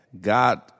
God